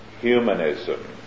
humanism